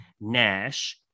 Nash